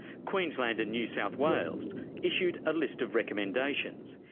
queensland and new south wales issued a list of recommendations,